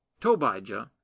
Tobijah